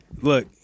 Look